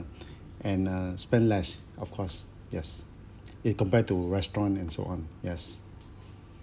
and uh spend less of course yes if compared to restaurant and so on yes